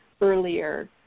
earlier